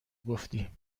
گفتی